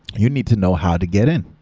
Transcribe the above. you need to know how to get in.